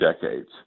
decades